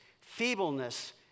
feebleness